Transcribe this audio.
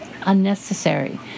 unnecessary